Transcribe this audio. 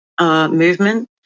movement